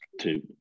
two